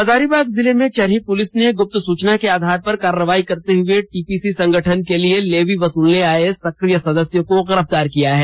हजारीबाग जिले में चरही पुलिस ने गुप्त सुचना के आधार पर कार्रवाई करते हुए टीपीसी संगठन के लिए लेवी वसूलने आए सक्रिय सदस्य को गिरफ्तार किया है